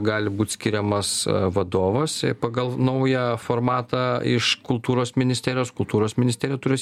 gali būt skiriamas vadovas pagal naują formatą iš kultūros ministerijos kultūros ministerija turės